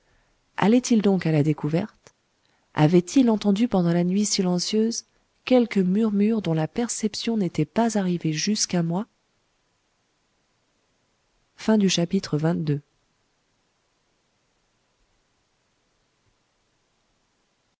allait-il donc à la découverte avait-il entendu pendant la nuit silencieuse quelque murmure dont la perception n'était pas arrivée jusqu'à moi